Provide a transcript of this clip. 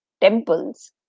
temples